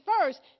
first